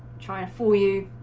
china for you